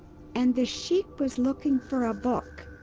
and this sheik was looking for a book.